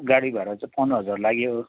गाडी भाडा चाहिँ पन्ध्र हजार लाग्यो